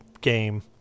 game